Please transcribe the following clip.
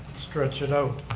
stretch it out.